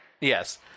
Yes